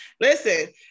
Listen